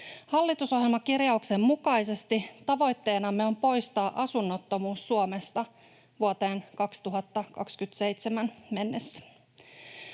Hallitusohjelmakirjauksen mukaisesti tavoitteenamme on poistaa asunnottomuus Suomesta vuoteen 2027 mennessä.